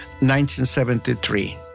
1973